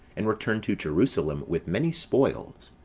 and returned to jerusalem with many spoils.